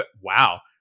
wow